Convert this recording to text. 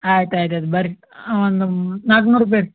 ಆಯ್ತು ಆಯ್ತು ಆಯ್ತು ಬನ್ರಿ ಒಂದು ನಾಲ್ಕುನೂರು ರುಪಾಯಿ ರೀ